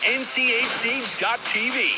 nchc.tv